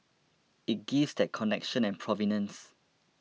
it gives that connection and provenance